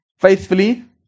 faithfully